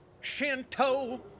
Shinto